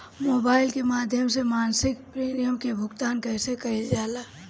Mobile के माध्यम से मासिक प्रीमियम के भुगतान कैसे कइल जाला?